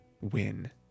win